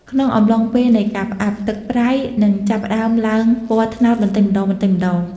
ក្នុងអំឡុងពេលនៃការផ្អាប់ ទឹកប្រៃ នឹងចាប់ផ្តើមឡើងពណ៌ត្នោតបន្តិចម្តងៗ។